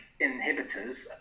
inhibitors